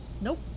nope